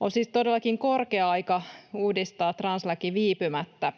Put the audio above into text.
On siis todellakin korkea aika uudistaa translaki viipymättä.